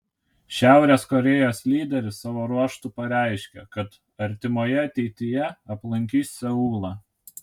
šiaurės korėjos lyderis savo ruožtu pareiškė kad artimoje ateityje aplankys seulą